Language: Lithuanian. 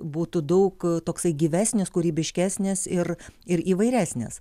būtų daug toksai gyvesnis kūrybiškesnis ir ir įvairesnis